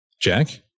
Jack